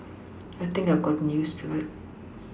I think I have gotten used to it